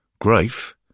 Grief